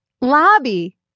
Lobby